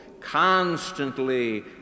constantly